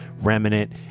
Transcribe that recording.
Remnant